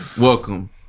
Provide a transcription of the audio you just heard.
Welcome